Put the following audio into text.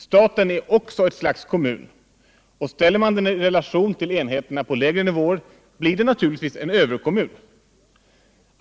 Staten är också ett slags kommun, och ställer man den i relation till enheterna på lägre nivåer, blir den naturligtvis en ”överkommun”.